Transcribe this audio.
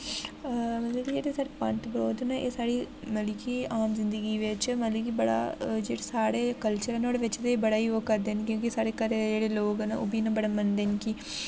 अ मतलब जेह्ड़े साढ़े पंत परोह्त न एह् साढ़ी मतलब कि आम जिंदगी बिच मतलब कि बड़ा जेह्ड़ी साढ़े कल्चर न नुहाड़े बिच ते बड़ा ही ओह् करदे न क्योंकि साढ़े घरै दे जेह्ड़े लोक न ओह् बी इ'यां बड़ा मनदे न कि